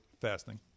fasting